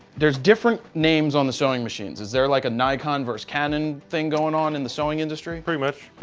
there is different names on the sewing machines. is there like a nikon versus canon thing going on in the sewing industry? mike pretty much,